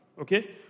Okay